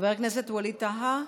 חבר הכנסת ווליד טאהא,